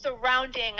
surrounding